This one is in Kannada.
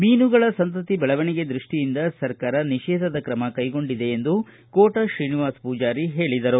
ಮೀನುಗಳ ಸಂತತಿ ಬೆಳವಣಿಗೆ ದೃಷ್ಟಿಯಿಂದ ಸರ್ಕಾರ ನಿಷೇಧದ ಕ್ರಮ ಕೈಗೊಂಡಿದೆ ಎಂದು ಕೋಟ ಶ್ರೀನಿವಾಸ ಪೂಜಾರಿ ಹೇಳಿದರು